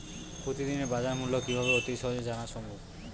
প্রতিদিনের বাজারমূল্য কিভাবে অতি সহজেই জানা সম্ভব?